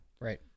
Right